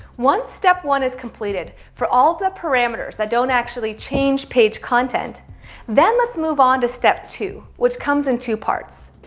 once step one is completed for all the parameters that don't actually change page-content, then let's move on to step two. which comes in two parts.